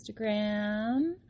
Instagram